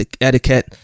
etiquette